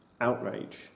outrage